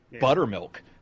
buttermilk